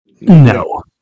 no